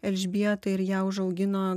elžbietą ir ją užaugino